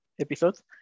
episodes